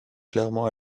clairement